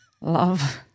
love